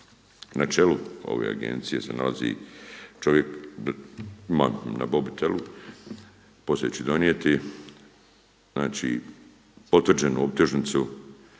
na čelu ove agencije se nalazi čovjek, imam na mobitelu, poslije ću donijeti, znači potvrđenu optužnicu,